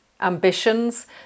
ambitions